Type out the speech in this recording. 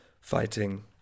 fighting